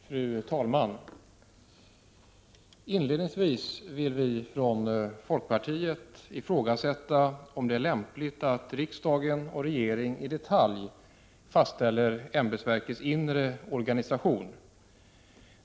Fru talman! Inledningsvis vill vi från folkpartiet ifrågasätta om det är lämpligt att riksdag och regering i detalj fastställer ämbetsverkens inre organisation.